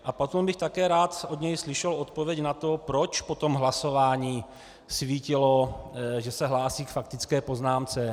A potom bych také rád od něj slyšel odpověď na to, proč po tom hlasování svítilo, že se hlásí k faktické poznámce.